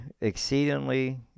exceedingly